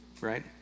right